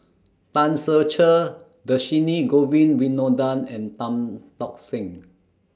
Tan Ser Cher Dhershini Govin Winodan and Tan Tock Seng